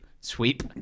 sweep